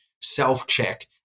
self-check